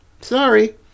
Sorry